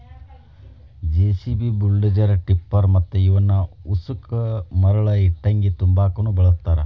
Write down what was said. JCB, bulldozer, tipper ಮತ್ತ ಇವನ್ ಉಸಕ ಮರಳ ಇಟ್ಟಂಗಿ ತುಂಬಾಕುನು ಬಳಸ್ತಾರ